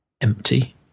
empty